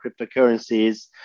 cryptocurrencies